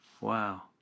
Wow